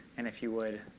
and if you would,